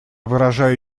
выражаю